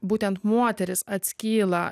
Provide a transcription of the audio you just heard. būtent moterys atskyla